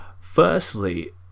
Firstly